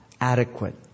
adequate